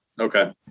Okay